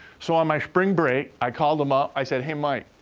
so on my spring break, i called him up. i said, hey, mike,